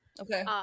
Okay